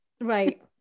right